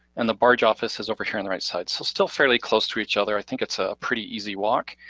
and the barge office is over here on the right side, so still fairly close to each other. i think it's a pretty easy walk,